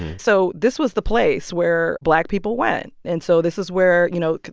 so this was the place where black people went. and so this is where, you know,